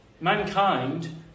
Mankind